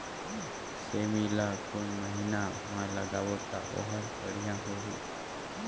सेमी ला कोन महीना मा लगाबो ता ओहार बढ़िया होही?